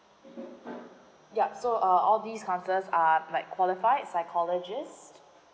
yup so uh all these counsellors are like qualified psychologist